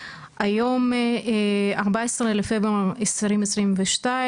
היום 14 בפברואר 2022,